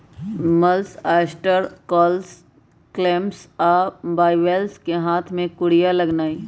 mussels, oyster, cockles, clams आ bivalves कें हाथ से कूरिया लगेनाइ